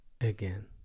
again